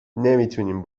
نمیتونیم